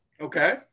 Okay